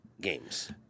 games